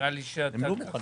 נראה לי שיש לך השגות,